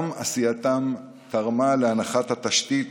גם עשייתם תרמה להנחת התשתית